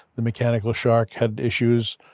the mechanical shark had issues.